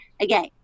again